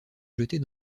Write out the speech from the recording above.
jeter